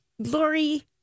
Lori